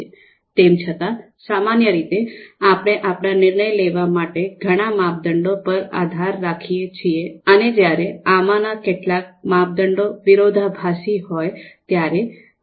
તેમ છતાં સામાન્ય રીતે આપણે આપણા નિર્ણય લેવા માટેના ઘણા માપદંડો પર આધાર રાખીએ છીએ અને જ્યારે આમાંના કેટલાક માપદંડો વિરોધાભાસી હોય ત્યારે આખી પ્રક્રિયા જટિલ બની જાય છે